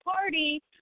Party